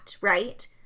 Right